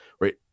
right